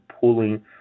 pulling